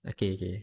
okay okay